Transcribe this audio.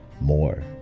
more